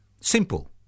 Simple